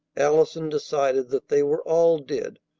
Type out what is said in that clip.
allison decided that they were all dead,